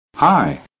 Hi